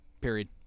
period